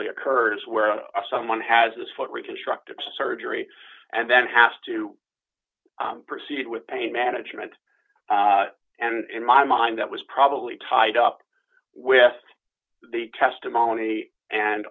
occurs where someone has this foot reconstructive surgery and then has to proceed with pain management and in my mind that was probably tied up with the testimony and